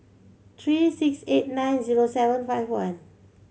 three six eight nine zero seven five one